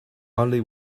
only